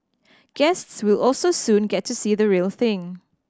guests will also soon get to see the real thing